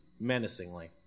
Menacingly